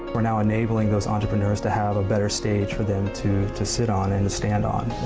we're now enabling those entrepreneurs to have a better stage for them to to sit on and to stand on.